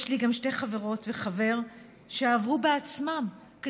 יש לי גם שתי חברות וחבר שעברו בעצמם שבץ מוחי